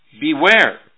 Beware